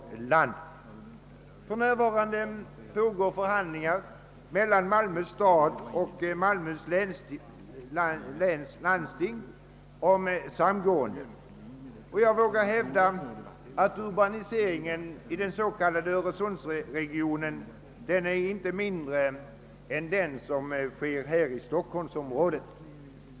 Sålunda pågår för närvarande förhandlingar mellan Malmö stad och Malmöhus läns landsting om ett samgående. Urbaniseringen i den s.k. öresundsregionen är nämligen inte mindre än den som pågår i stockholmsområdet.